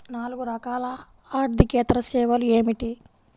నాలుగు రకాల ఆర్థికేతర సేవలు ఏమిటీ?